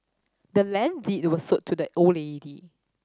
the land deed was sold to the old lady